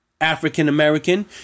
African-American